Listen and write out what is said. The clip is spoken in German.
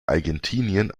argentinien